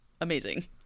amazing